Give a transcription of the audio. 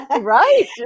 right